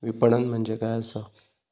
विपणन म्हणजे काय असा?